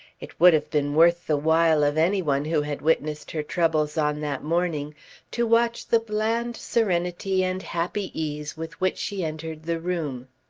it would have been worth the while of any one who had witnessed her troubles on that morning to watch the bland serenity and happy ease with which she entered the room.